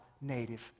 native